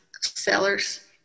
sellers